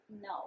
No